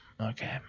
Okay